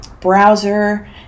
browser